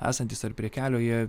esantys ar prie kelio jie